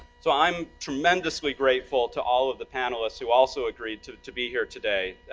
so i'm tremendously grateful to all of the panelists who also agreed to to be here today,